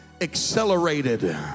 Accelerated